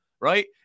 right